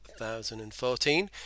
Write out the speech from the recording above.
2014